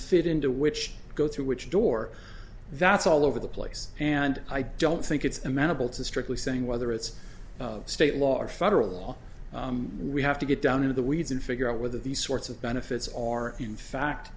fit into which go through which door that's all over the place and i don't think it's amenable to strictly saying whether it's state law or federal law we have to get down into the weeds and figure out whether these sorts of benefits are in fact